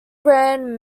grand